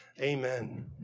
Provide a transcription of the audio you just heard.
Amen